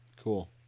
cool